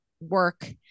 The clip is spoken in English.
work